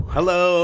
Hello